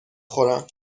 خورم